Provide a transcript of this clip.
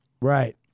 Right